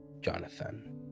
Jonathan